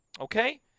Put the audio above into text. Okay